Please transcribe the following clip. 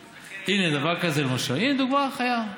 הינה, דבר כזה, למשל, הינה דוגמה חיה.